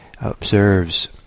observes